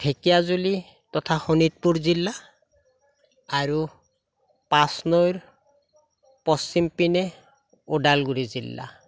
ঢেকীয়াজুলি তথা শোণিতপুৰ জিলা আৰু পাঁচনৈৰ পশ্চিমপিনে ওদালগুৰি জিলা